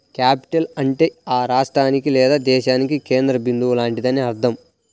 capital అంటే ఆ రాష్ట్రానికి లేదా దేశానికి కేంద్ర బిందువు లాంటిదని అర్థం